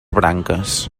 branques